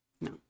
no